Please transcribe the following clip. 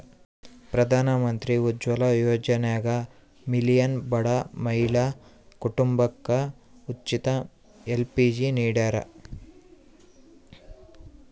ಪ್ರಧಾನಮಂತ್ರಿ ಉಜ್ವಲ ಯೋಜನ್ಯಾಗ ಮಿಲಿಯನ್ ಬಡ ಮಹಿಳಾ ಕುಟುಂಬಕ ಉಚಿತ ಎಲ್.ಪಿ.ಜಿ ನಿಡ್ಯಾರ